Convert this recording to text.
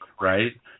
right